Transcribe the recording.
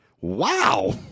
Wow